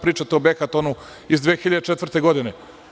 Pričate o „Behatonu“ iz 2004. godine.